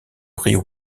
rio